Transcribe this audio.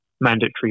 mandatory